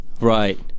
Right